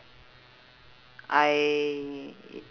I